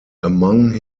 among